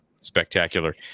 spectacular